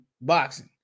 boxing